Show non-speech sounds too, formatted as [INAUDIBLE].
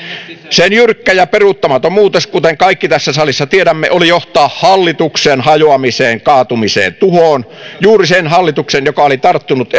se jyrkkä ja peruuttamaton muutos kuten kaikki tässä salissa tiedämme oli johtaa hallituksen hajoamiseen kaatumiseen tuhoon juuri sen hallituksen joka oli tarttunut [UNINTELLIGIBLE]